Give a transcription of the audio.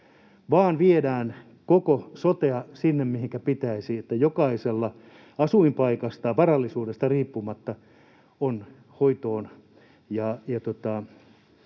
vaan viedään koko sotea sinne, mihinkä pitäisi, niin että jokaisella asuinpaikasta ja varallisuudesta riippumatta on sairaanhoitoon